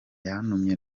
yatumye